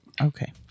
Okay